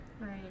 Right